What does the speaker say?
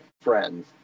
friends